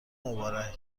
مبارک